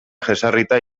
jesarrita